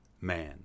man